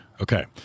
Okay